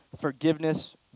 forgiveness